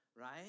right